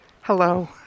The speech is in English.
Hello